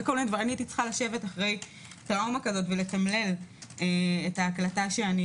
הייתי צריכה לשבת אחרי טראומה כזאת ולתמלל את ההקלטה.